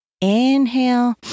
Inhale